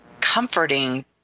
comforting